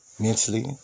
mentally